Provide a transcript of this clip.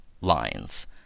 lines